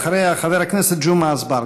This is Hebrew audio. אחריה, חבר הכנסת ג'מעה אזברגה.